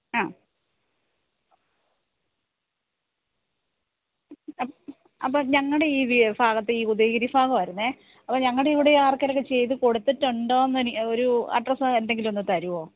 ആ അപ്പോൾ ഞങ്ങളുടെ ഈ ഭാഗത്ത് ഈ ഉദയഗിരി ഭാഗമായിരുന്നു അപ്പോൾ ഞങ്ങളുടെ ഇവിടെ ആർക്കെങ്കിലും ഒക്കെ ചെയ്തുകൊടുത്തിട്ടുണ്ടോന്ന് ഇനി ഒരു അഡ്രസ്സ് എന്തെങ്കിലും ഒന്ന് തരുമോ